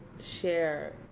share